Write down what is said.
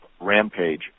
rampage